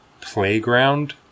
playground